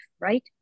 right